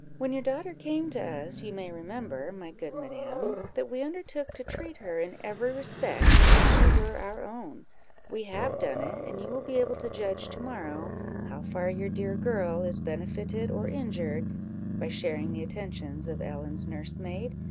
when your daughter came to us, you may remember, my good madam, that we undertook to treat her in every respect as if she were our own we have done it, and you will be able to judge to-morrow how far your dear girl is benefited or injured by sharing the attentions of ellen's nursemaid,